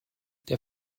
der